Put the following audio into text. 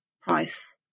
price